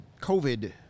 COVID